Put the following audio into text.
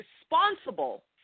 responsible